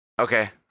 Okay